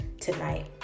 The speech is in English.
tonight